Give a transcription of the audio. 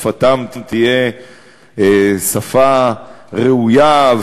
שפתם תהיה שפה ראויה,